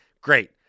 Great